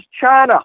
China